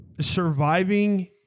surviving